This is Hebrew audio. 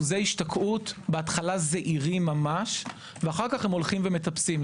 אחוזי השתקעות זעירים ממש בהתחלה ואז הולכים ומטפסים.